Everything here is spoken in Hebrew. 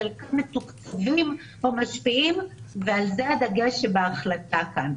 חלקם מתוקצבים או משפיעים ועל זה הדגש שבהחלטה כאן.